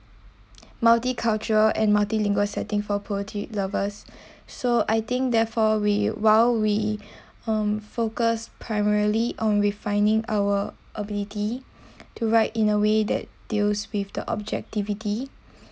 multicultural and multilingual setting for poetry lovers so I think therefore we while we um focused primarily on refining our ability to write in a way that deals with the objectivity